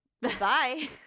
Bye